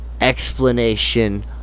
explanation